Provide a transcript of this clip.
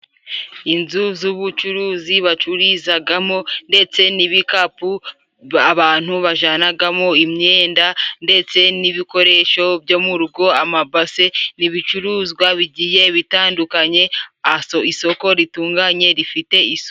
Inzu z'ubucuruzi bacururizagamo ndetse n'ibikapu, abantu bajanagamo imyenda ndetse n'ibikoresho byo mu rugo, amabase n'ibicuruzwa bigiye bitandukanye isoko ritunganye rifite isuku.